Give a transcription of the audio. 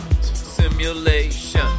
Simulation